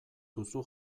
duzu